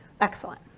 excellent